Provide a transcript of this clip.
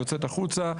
יוצאת החוצה,